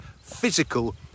physical